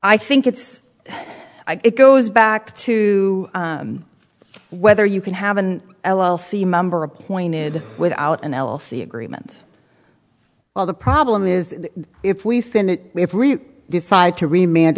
i think it's i think goes back to whether you can have an l l c member appointed without an l l c agreement well the problem is if we send it if we decide to remain a